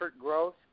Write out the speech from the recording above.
growth